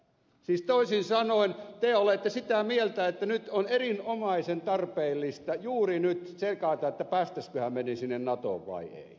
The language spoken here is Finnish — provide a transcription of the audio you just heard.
siis toisin sanoen te olette sitä mieltä että on erinomaisen tarpeellista juuri nyt tsekata pääsisimmeköhän me sinne natoon vai emme